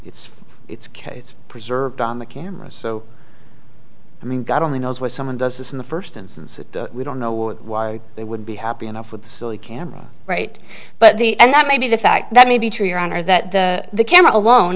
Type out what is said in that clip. it's kates preserved on the camera so i mean god only knows where someone does this in the first instance we don't know why they would be happy enough with the silly camera right but the and that maybe the fact that may be true your honor that the camera alone